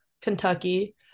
Kentucky